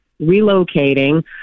relocating